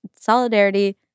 solidarity